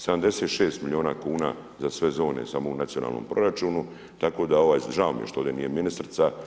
76 milijuna kuna za sve zone samo u nacionalnom proračunu, tako da, žao mi je što ovdje nije ministrica.